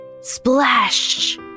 Splash